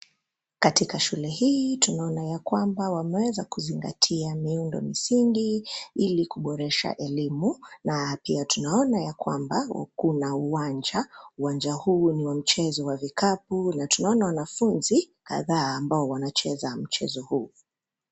Katika shule hii tunaona ya kwamba wameweza kuzingatia miundo misingi ili kuboresha elimu. Na pia tunaona ya kwamba kuna uwanja, uwanja huu ni wa mchezo wa vikapu na tunaona wanafunzi kadhaa ambao wanacheza mchezo huu.